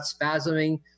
spasming